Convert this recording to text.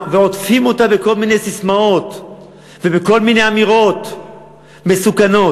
ועוטפים אותה בכל מיני ססמאות ובכל מיני אמירות מסוכנות.